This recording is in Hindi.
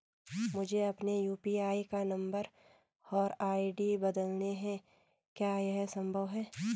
मुझे अपने यु.पी.आई का नम्बर और आई.डी बदलनी है क्या यह संभव है?